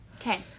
Okay